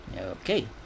Okay